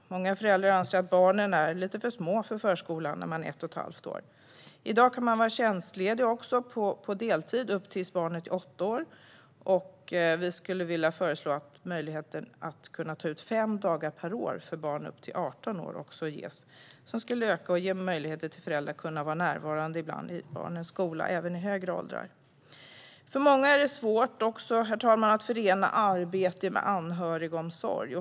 Många föräldrar anser att barnen är lite för små för förskolan när de är ett och ett halvt år. I dag kan man vara tjänstledig på deltid upp tills barnet är åtta år. Vi föreslår att man ska kunna ta ut fem dagar per år för barn upp till 18 år. Det skulle ge föräldrar möjlighet att ibland vara med på barnens skola även i högre åldrar. Herr talman! För många är det svårt att förena arbete med anhörigomsorg.